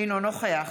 אינו נוכח